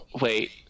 Wait